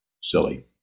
silly